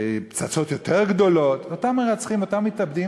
פצצות יותר גדולות, אותם מרצחים, אותם מתאבדים.